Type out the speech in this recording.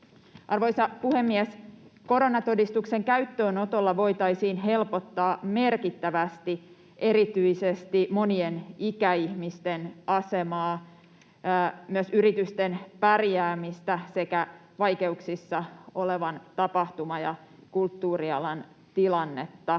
Arvoisa puhemies! Koronatodistuksen käyttöönotolla voitaisiin helpottaa merkittävästi erityisesti monien ikäihmisten asemaa, myös yritysten pärjäämistä sekä vaikeuksissa olevan tapahtuma‑ ja kulttuurialan tilannetta.